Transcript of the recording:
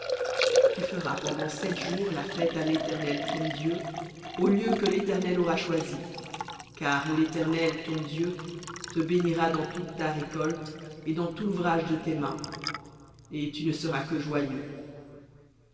tu feras pendant sept jours la fête à l'éternel ton dieu au lieu que l'éternel aura choisi car l'éternel ton dieu te bénira dans toute ta récolte et dans tout l'ouvrage de tes mains et tu ne seras que joyeux